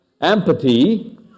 Empathy